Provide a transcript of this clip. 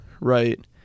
right